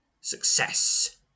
Success